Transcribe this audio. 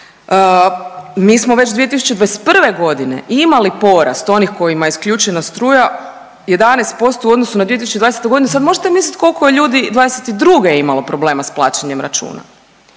Mi smo već 2021. imali porast onih kojima je isključena struja 11% u odnosu na 2020. g., sad možete misliti koliko je ljudi '22. imalo problema s plaćanjem računa.